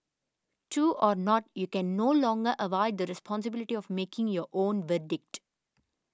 true or not you can no longer avoid the responsibility of making your own verdict